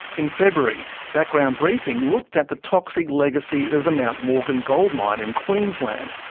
in february, background briefing looked at the toxic legacy of the mt morgan gold mine in queensland,